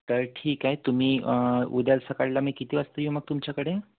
तर ठीक आहे तुम्ही उद्याला सकाळला मी किती वाजता येऊ मग तुमच्याकडे